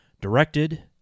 Directed